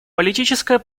политическое